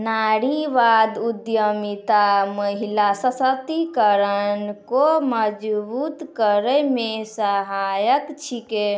नारीवादी उद्यमिता महिला सशक्तिकरण को मजबूत करै मे सहायक छिकै